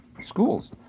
schools